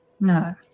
no